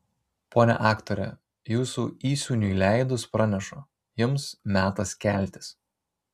ponia aktore jūsų įsūniui leidus pranešu jums metas keltis